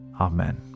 Amen